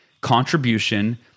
contribution